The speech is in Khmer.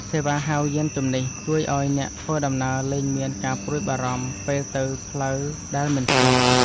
សេវាហៅយានជំនិះ ជួយឱ្យអ្នកធ្វើដំណើរលែងមានការព្រួយបារម្ភពេលទៅផ្លូវដែលមិនស្គាល់។